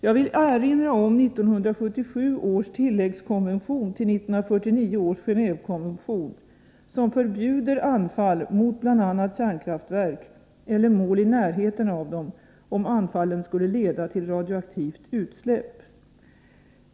Jag vill erinra om 1977 års tilläggskonvention till 1949 års Gen&vekonvention som förbjuder anfall mot bl.a. kärnkraftverk eller mål i närheten av dem om anfallen skulle leda till radioaktivt utsläpp.